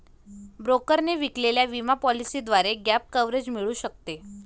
ब्रोकरने विकलेल्या विमा पॉलिसीद्वारे गॅप कव्हरेज मिळू शकते